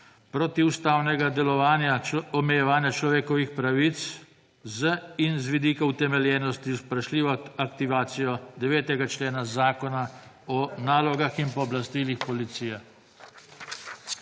protiustavno delovanje ‒ omejevanje človekovih pravic z vidika utemeljenosti z vprašljivo aktivacijo 9. člena Zakona o nalogah in pooblastilih policije.